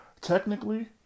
technically